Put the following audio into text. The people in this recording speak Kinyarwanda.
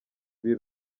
b’i